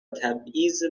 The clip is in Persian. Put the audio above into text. تبعیض